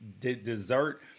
dessert